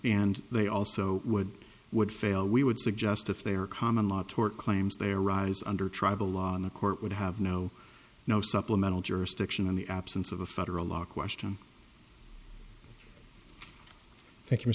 and they also would would fail we would suggest if they are common law tort claims they arise under tribal law and the court would have no no supplemental jurisdiction in the absence of a federal law question thank you